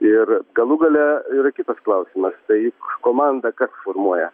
ir galų gale yra kitas klausimas tai komandą kas formuoja